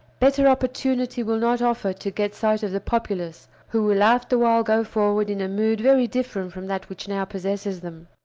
better opportunity will not offer to get sight of the populace who will afterwhile go forward in a mood very different from that which now possesses them.